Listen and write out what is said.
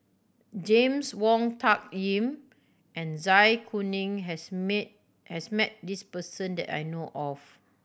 James Wong Tuck Yim and Zai Kuning has meet has met this person that I know of